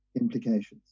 implications